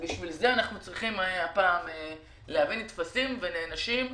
לכן אנחנו צריכים הפעם להביא נתפסים ונענשים,